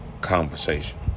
conversation